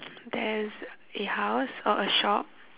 there's a house or a shop